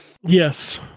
Yes